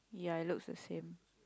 ya it looks the same